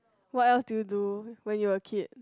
what else do you do when you were a kid